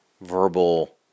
verbal